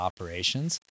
operations